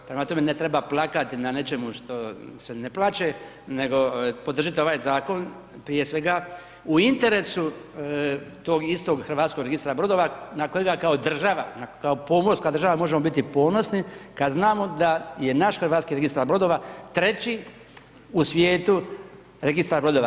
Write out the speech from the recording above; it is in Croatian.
Prema tome ne treba plakati na nečemu što se ne plače, nego podržati ovaj zakon prije svega u interesu tog istog Hrvatskog registra brodova na kojega kao država, kao pomorska država možemo biti ponosni kad znamo da je naš Hrvatski registar brodova treći u svijetu registar brodova.